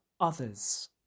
others